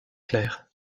clairs